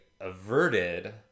averted